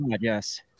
yes